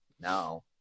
now